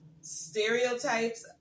stereotypes